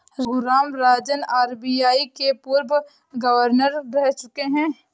Raghuram Rajan RBI के पूर्व governor रह चुके हैं